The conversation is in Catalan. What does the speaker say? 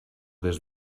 des